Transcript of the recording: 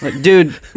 dude